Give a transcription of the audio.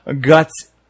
Guts